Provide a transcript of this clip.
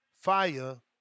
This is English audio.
fire